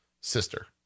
sister